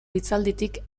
hitzalditik